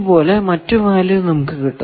പോലെ മറ്റു വാല്യൂ നമുക്ക് കിട്ടും